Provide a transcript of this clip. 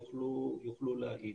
יוכלו להגיד.